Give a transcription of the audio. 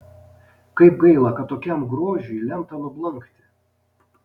kaip gaila kad tokiam grožiui lemta nublankti